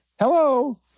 Hello